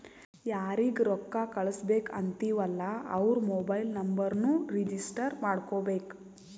ಯಾರಿಗ ರೊಕ್ಕಾ ಕಳ್ಸುಬೇಕ್ ಅಂತಿವ್ ಅಲ್ಲಾ ಅವ್ರ ಮೊಬೈಲ್ ನುಂಬರ್ನು ರಿಜಿಸ್ಟರ್ ಮಾಡ್ಕೋಬೇಕ್